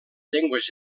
llengües